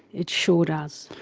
it sure does.